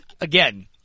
again